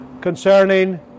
concerning